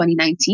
2019